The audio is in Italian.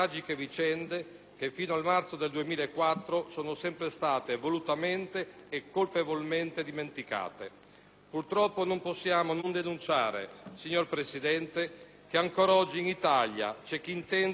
che, fino a marzo 2004, sono sempre state volutamente e colpevolmente dimenticate. Purtroppo non possiamo non denunciare, signor Presidente, che ancora oggi in Italia c'è chi intende minimizzare